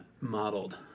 modeled